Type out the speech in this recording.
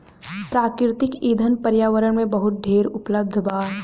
प्राकृतिक ईंधन पर्यावरण में बहुत ढेर उपलब्ध बा